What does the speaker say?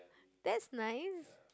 that's nice